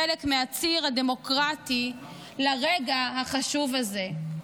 חלק מהציר הדמוקרטי לרגע החשוב הזה.